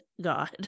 God